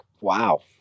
wow